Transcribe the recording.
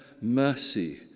mercy